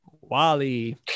wally